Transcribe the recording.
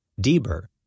Deber